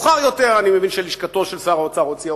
אני מבין שמאוחר יותר לשכת שר האוצר הוציאה